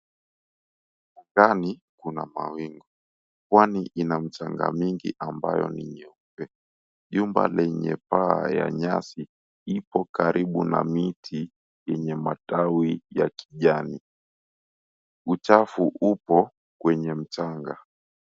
Angani kuna mawingu. Pwani ina mchanga mingi ambayo ni nyeupe. Nyumba lenye paa ya nyasi ipo karibu na miti yenye matawi ya kijani. Uchafu upo kwenye mchanga.